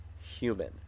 human